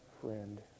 friend